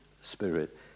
spirit